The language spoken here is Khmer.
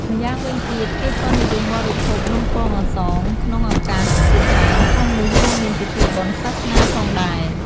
ម្យ៉ាងវិញទៀត គេក៏និយមបរិភោគនំពងអន្សងក្នុងឱកាសជាច្រើន ក្នុងនោះ រួមមានពិធីបុណ្យសាសនាផងដែរ។